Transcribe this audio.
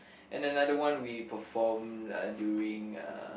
and then another one we perform uh during uh